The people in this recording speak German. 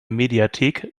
mediathek